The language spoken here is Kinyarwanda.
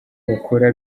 bakora